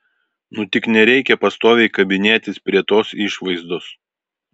nu tik nereikia pastoviai kabinėtis prie tos išvaizdos